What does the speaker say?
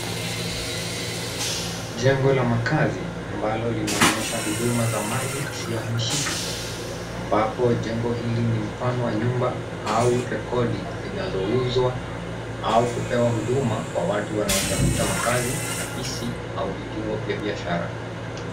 Jengo la makazi, ambalo linaonyesha huduma za mali isiyohamishika, ambapo jengo hili ni mfano wa nyumba au rekodi zinazouzwa au kupewa huduma kwa watu wanaotafuta makazi , afisi au vituo vya biashara.